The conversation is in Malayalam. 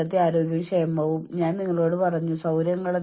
കൂടാതെ അത് പിന്നീടുള്ള ഘട്ടത്തിൽ നിങ്ങൾക്ക് ഉത്തേജനം നൽകും